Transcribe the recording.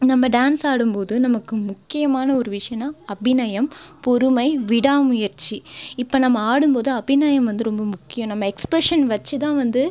நம்ம டான்ஸ் ஆடும்போது நமக்கு முக்கியமான ஒரு விஷயனா அபிநயம் பொறுமை விடாமுயற்சி இப்போ நம்ம ஆடும்போது அபிநயம் வந்து ரொம்ப முக்கியம் நம்ம எக்ஸ்பிரஷன் வெச்சு தான் வந்து